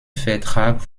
vertrag